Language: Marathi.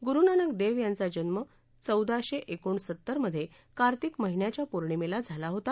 गुरुनानक देव यांचा जन्म चौदाशे एकोणसत्तरमधे कार्तिक महिन्याच्या पौर्णिमेला झाला होता